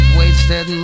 wasted